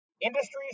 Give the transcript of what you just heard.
industries